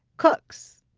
cooks.